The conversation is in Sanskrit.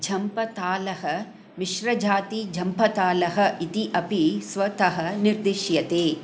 झम्पतालः मिश्रजातिः झम्पतालः इति अपि स्वतः निर्दिश्यते